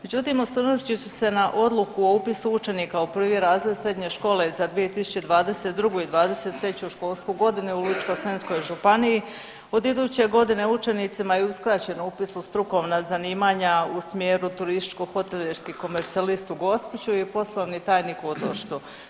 Međutim, osvrnut ću se na odluku o upisu učenika u prvi razred srednje škole za 2022. i '23. školsku godinu u Ličko-senjskoj županiji, od iduće godine učenicima je uskraćen upis u strukovna zanimanja u smjeru turističko hotelijerski komercijalist u Gospiću i poslovni tajnik u Otočcu.